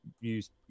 use